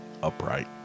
upright